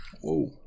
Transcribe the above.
Whoa